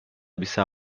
bisa